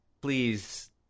Please